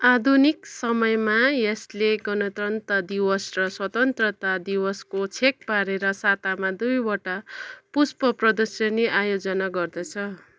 आधुनिक समयमा यसले गणतन्त्र दिवस र स्वतन्त्रता दिवसको छेक पारेर सातामा दुईवटा पुष्प प्रदर्शनी आयोजना गर्दछ